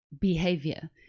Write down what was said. behavior